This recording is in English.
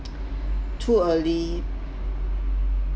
too early